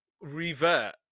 revert